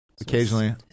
Occasionally